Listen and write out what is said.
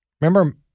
Remember